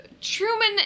Truman